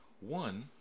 One